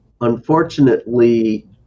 unfortunately